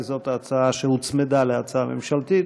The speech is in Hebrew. כי זאת הצעה שהוצמדה להצעה הממשלתית.